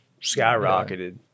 skyrocketed